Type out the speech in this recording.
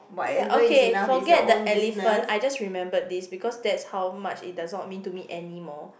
ya okay forget the elephant I just remembered this because that's how much it does not mean to me anymore